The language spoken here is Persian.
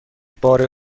بار